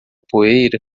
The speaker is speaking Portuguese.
poeira